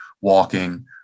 walking